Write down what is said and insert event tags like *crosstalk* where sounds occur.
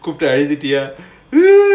குறுக்க அழுதுட்டியா:kurukka aluthutiyaa *noise* *laughs*